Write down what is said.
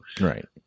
Right